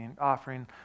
offering